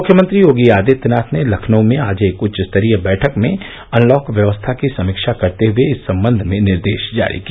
मुख्यमंत्री योगी आदित्यनाथ ने लखनऊ में आज एक उच्च स्तरीय बैठक में अनलॉक व्यवस्था की समीक्षा करते हुए इस सम्बंध में निर्देश जारी किया